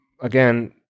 again